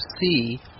see